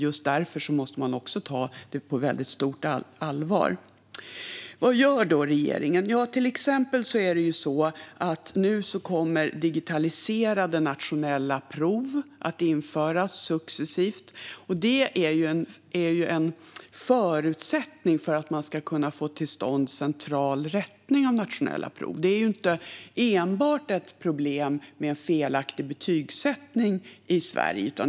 Just därför måste man ta detta på stort allvar. Vad gör då regeringen? Till exempel kommer digitaliserade nationella prov att införas successivt. Det är en förutsättning för att få till stånd central rättning av nationella prov. Det är inte enbart felaktig betygsättning som är ett problem i Sverige.